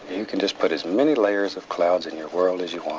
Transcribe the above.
you can just put as many layers of clouds in your world as you